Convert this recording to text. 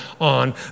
on